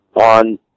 on